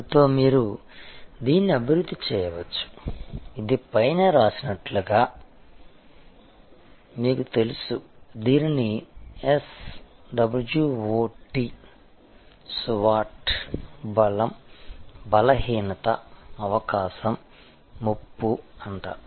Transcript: దానితో మీరు దీన్ని అభివృద్ధి చేయవచ్చు ఇది పైన వ్రాసినట్లుగా మీకు తెలుసు దీనిని SWOT బలం బలహీనత అవకాశం ముప్పు అంటారు